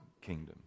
kingdom